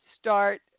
start